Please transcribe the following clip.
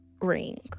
ring